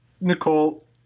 Nicole